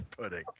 pudding